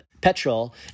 petrol